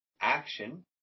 action